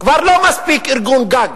כבר לא מספיק ארגון גג